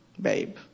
babe